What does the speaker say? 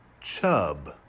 Chub